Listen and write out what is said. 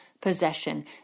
possession